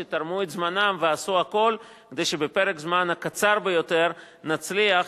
שתרמו מזמנם ועשו הכול כדי שבפרק זמן קצר ביותר נצליח,